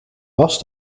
was